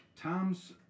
Tom's